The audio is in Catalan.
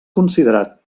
considerat